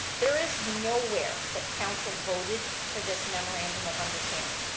there is no where that council voted for this memorandum of understanding.